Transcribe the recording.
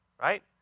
right